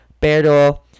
Pero